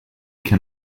can